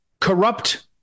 corrupt